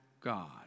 God